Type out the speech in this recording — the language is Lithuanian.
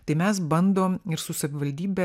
tai mes bandom ir su savivaldybe